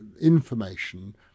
information